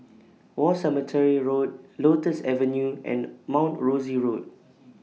War Cemetery Road Lotus Avenue and Mount Rosie Road